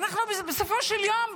בסופו של יום,